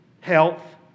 health